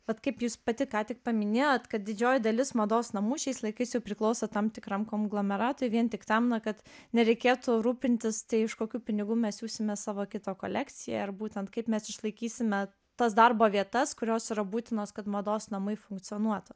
bet kaip jūs pati ką tik paminėjot kad didžioji dalis mados namų šiais laikais jau priklauso tam tikram konglomeratui vien tik tam na kad nereikėtų rūpintis tai iš kokių pinigų mes siųsime savo kito kolekciją ar būtent kaip mes išlaikysime tas darbo vietas kurios yra būtinos kad mados namai funkcionuotų